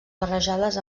barrejades